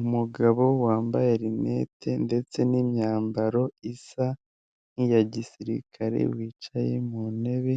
Umugabo wambaye rinete ndetse n'imyambaro isa nk'iya gisirikare, wicaye mu ntebe